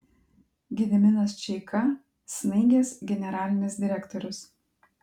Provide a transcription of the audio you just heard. gediminas čeika snaigės generalinis direktorius